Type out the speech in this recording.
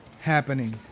happening